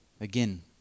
Again